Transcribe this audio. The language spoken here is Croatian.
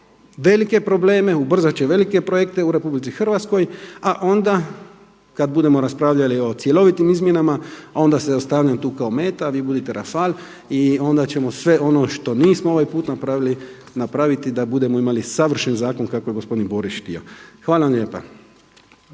velike probleme, ubrzat će velike projekte u Republici Hrvatskoj, a onda kada budemo raspravljali o cjelovitim izmjenama a onda se zaustavljam tu kao meta, a vi budite rafal i onda ćemo sve ono što nismo ovaj put napravili, napraviti da budemo imali savršen zakon kako je gospodin Borić htio. Hvala vam lijepa.